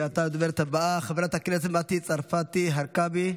ועתה הדוברת הבאה, חברת הכנסת מטי צרפתי הרכבי,